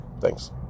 thanks